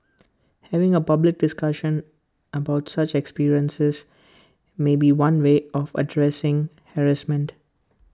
having A public discussion about such experiences may be one way of addressing harassment